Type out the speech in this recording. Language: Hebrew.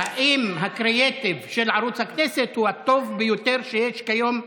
האם הקריאייטיב של ערוץ הכנסת הוא הטוב ביותר שיש כיום במדינה?